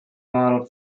modeled